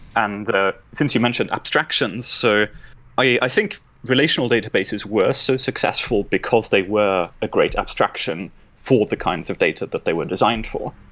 and since you mentioned abstractions, so i think relational databases were so successful because they were a great abstraction for the kinds of data that they were designed for.